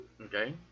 okay